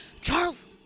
Charles